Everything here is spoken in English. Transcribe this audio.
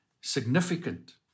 significant